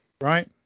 right